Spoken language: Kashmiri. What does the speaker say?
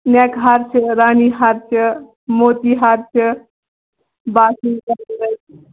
نیٚک ہار چھِ رانی ہار چھِ موتی ہار چھِ باقٕے